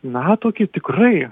na tokį tikrai